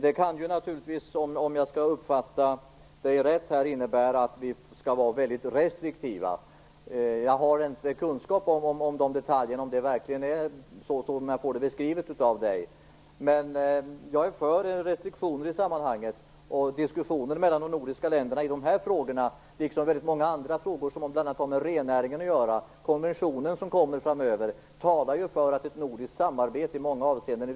Om jag uppfattar Gudrun Lindvall rätt kan det innebära att vi skall vara väldigt restriktiva. Jag har inte kunskap om det verkligen är så som Gudrun Lindvall beskriver det. Men jag är för restriktioner i sammanhanget. Diskussioner mellan de nordiska länderna i de här frågorna är viktiga, liksom i väldigt många andra frågor som bl.a. har med rennäringen att göra. Konventionen som kommer framöver talar ju för att ett nordiskt samarbete är viktigt i många avseenden.